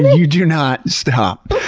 you do not stop.